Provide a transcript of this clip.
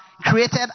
created